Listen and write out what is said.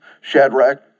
Shadrach